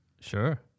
Sure